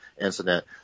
incident